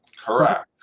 Correct